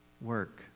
work